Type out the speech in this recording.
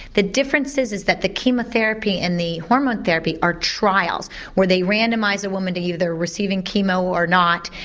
the difference is is that the chemotherapy and the hormone therapy are trials where they randomise the woman to either receiving chemo or not,